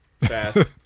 Fast